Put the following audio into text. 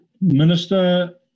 Minister